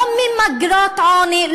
לא ממגרי עוני,